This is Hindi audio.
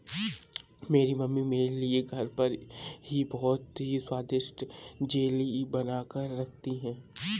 मेरी मम्मी मेरे लिए घर पर ही बहुत ही स्वादिष्ट जेली बनाकर रखती है